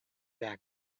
back